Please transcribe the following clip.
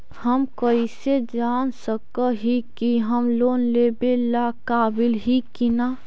हम कईसे जान सक ही की हम लोन लेवेला काबिल ही की ना?